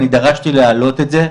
ואני דרשתי להעלות את זה.